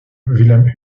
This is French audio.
wilhelm